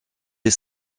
des